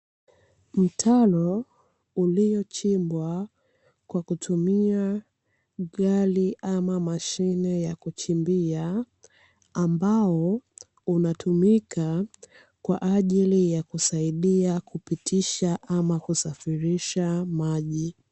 Mtaro iliyochimbwa kwa kutumia gari ama mashine ya kuchimbia, ambao unatumika kwa ajili ya kusafirisha ama kupitisha maji.